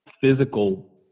physical